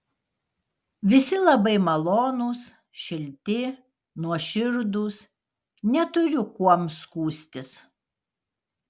visi labai malonūs šilti nuoširdūs neturiu kuom skųstis